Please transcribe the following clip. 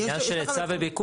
זה שאלה של היצע וביקוש.